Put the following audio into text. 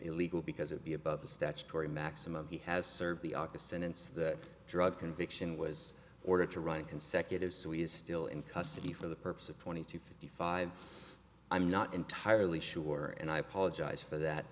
illegal because it be above the statutory maximum he has served the arcus and it's that drug conviction was ordered to run consecutive so he is still in custody for the purpose of twenty two fifty five i'm not entirely sure and i apologize for that